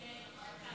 נתקבל.